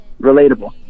relatable